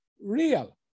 real